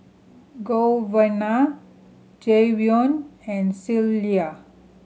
Giovanna Jayvion and Clella